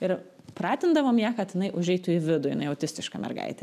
ir pratindavom ją kad jinai užeitų į vidų jinai autistiška mergaitė